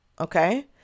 Okay